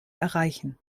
erreichen